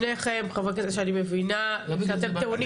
שניכם חברי כנסת שאני מבינה שאתם טעונים.